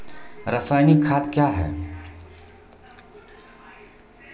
रसायनिक खाद कया हैं?